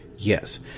Yes